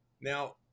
Now